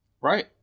Right